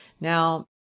Now